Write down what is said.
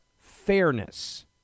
fairness